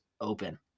open